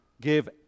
give